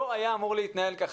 לא היה אמור להתנהל כך.